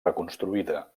reconstruïda